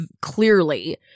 clearly